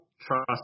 trust